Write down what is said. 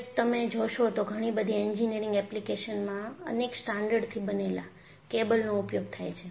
હવે તમે જોશો તો ઘણી બધી એન્જીનીયરીંગ એપ્લીકેશનમાં અનેક સ્ટ્રાન્ડથી બનેલા કેબલનો ઉપયોગ થાય છે